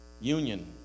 Union